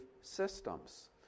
systems